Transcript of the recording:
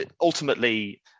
ultimately